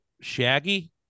shaggy